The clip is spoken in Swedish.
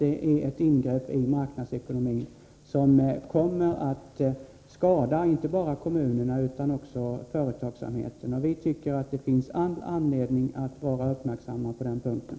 Det är fråga om ett ingrepp i marknadsekonomin, vilket kommer att vara till skada inte bara för kommunerna utan också för företagsamheten. Vi anser att det finns all anledning att vara uppmärksam på den punkten.